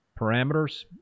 parameters